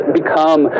become